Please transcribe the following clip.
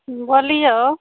बोलिऔ